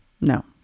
no